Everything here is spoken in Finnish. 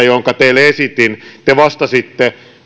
jonka teille esitin te vastasitte